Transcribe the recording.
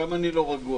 גם אני לא רגוע